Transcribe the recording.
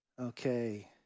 Okay